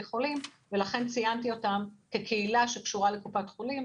חולים ולכן ציינתי אותן כקהילה שקשורה לקופת חולים,